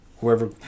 whoever